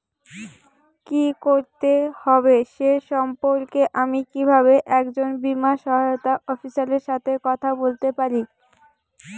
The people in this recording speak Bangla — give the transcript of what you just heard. কী করতে হবে সে সম্পর্কে আমি কীভাবে একজন বীমা সহায়তা অফিসারের সাথে কথা বলতে পারি?